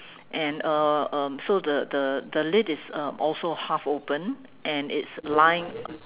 and uh um so the the the lid is um also half open and it's lying